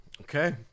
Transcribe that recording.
Okay